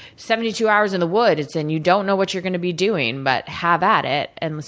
seventy two hours in the woods, and you don't know what you're going to be doing, but have at it. and